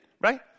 right